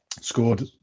scored